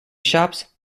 shops